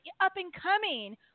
up-and-coming